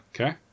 Okay